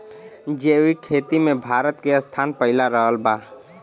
जैविक खेती मे भारत के स्थान पहिला रहल बा